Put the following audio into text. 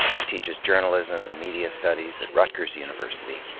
he teaches journalism and media studies at rutgers university.